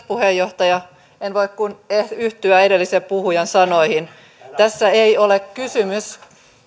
puheenjohtaja en voi kuin yhtyä edellisen puhujan sanoihin tässä ei ole kysymys